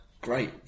great